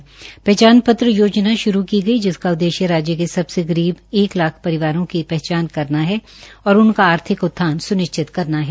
परिवार पहचान पत्र योजना श्रू की गई है जिसका उद्देश्य राज्य के सबसे गरीब एक लाख परिवारों की पहचान करना है और उनका आर्थिक उत्थान स्निश्चित करना है